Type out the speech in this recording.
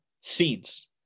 scenes